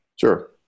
Sure